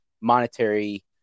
monetary